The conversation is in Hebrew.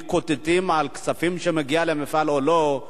מתקוטטים על כספים שמגיעים למפעל או לא מגיעים.